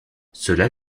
cela